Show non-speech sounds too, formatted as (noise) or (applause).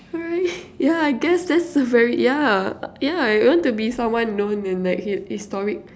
alright (laughs) yeah I guess that's a very yeah yeah I want to be someone known and like historic